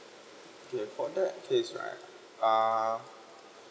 okay for that case right uh